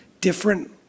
different